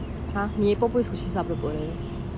huh நீ எப்போ பொய்:nee epo poi sushi சாப்பிடப்போற:sapdapora